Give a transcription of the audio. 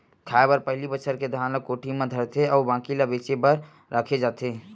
खाए बर पहिली बछार के धान ल कोठी म धरथे अउ बाकी ल बेचे बर राखे जाथे